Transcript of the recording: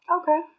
Okay